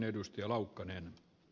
arvoisa herra puhemies